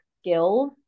skills